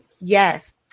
Yes